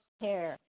Care